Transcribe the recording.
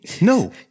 No